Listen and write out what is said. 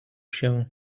się